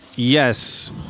yes